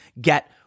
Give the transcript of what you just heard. get